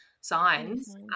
signs